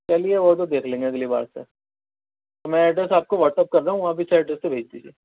چلیے وہ تو دیکھ لیں گے اگلی بار سے میں ایڈریس آپ کو واٹسایپ کر رہا ہوں آپ اس ایڈریس پر بھیج دیجیے